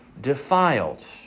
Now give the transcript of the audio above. defiled